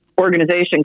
organization